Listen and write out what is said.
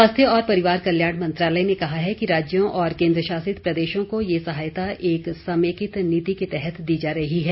स्वास्थ्य और परिवार कल्याण मंत्रालय ने कहा है कि राज्यों और केन्द्रशासित प्रदेशों को यह सहायता एक समेकित नीति के तहत दी जा रही है